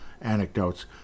anecdotes